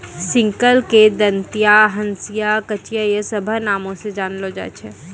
sickle के दंतिया, हंसिया, कचिया इ सभ नामो से जानलो जाय छै